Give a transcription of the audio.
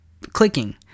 clicking